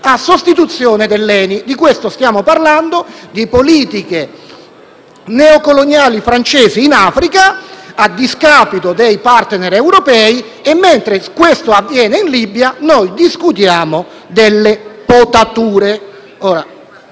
in sostituzione dell'Eni. Stiamo parlando di politiche neocoloniali francesi in Africa, a discapito dei *partner* europei e mentre questo avviene in Libia, noi discutiamo delle potature.